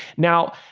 now,